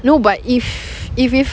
no but if if if